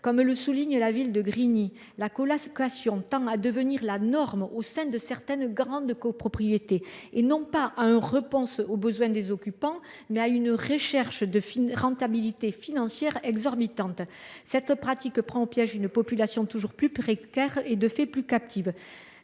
Comme le souligne le maire de Grigny, la colocation tend à devenir la norme au sein de certaines grandes copropriétés. L’objectif est non pas de répondre aux besoins des occupants, mais d’obtenir une rentabilité financière exorbitante. Cette pratique prend au piège une population toujours plus précaire et, de fait, plus captive.